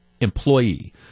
employee